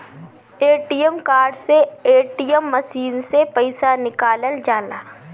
ATM card से ATM machine से पईसा निकालल जाला